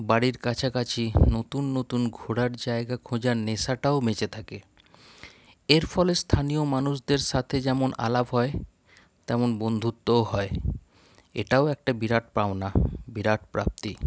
বাড়ির কাছাকাছি নতুন নতুন ঘোরার জায়গা খোঁজার নেশাটাও বেঁচে থাকে এর ফলে স্থানীয় মানুষদের সাথে যেমন আলাপ হয় তেমন বন্ধুত্বও হয় এটাও একটা বিরাট পাওনা বিরাট প্রাপ্তি